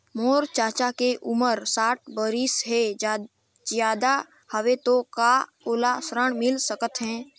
मोर चाचा के उमर साठ बरिस से ज्यादा हवे तो का ओला ऋण मिल सकत हे?